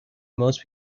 most